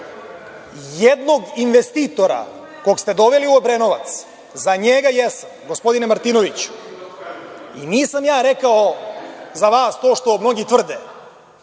jednog investitora kog ste doveli u Obrenovac, za njega jesam, gospodine Martinoviću. I nisam ja rekao za vas to što mnogi tvrde